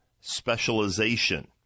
specialization